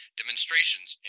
demonstrations